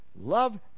Love